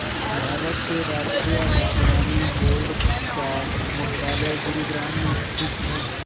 भारत के राष्ट्रीय बागवानी बोर्ड का मुख्यालय गुरुग्राम में स्थित है